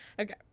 okay